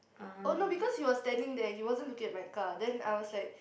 oh no because he was standing there he wasn't looking at my car then I was like